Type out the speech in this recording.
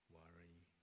worry